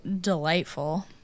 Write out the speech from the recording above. delightful